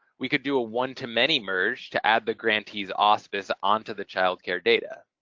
we could do a one-to-many merge to add the grantees auspice onto the child care data.